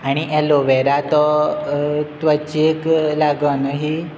आनी एलोवेर तो त्वचेक लागून ही